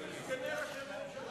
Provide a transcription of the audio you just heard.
שר שמיני, סגני ראש הממשלה.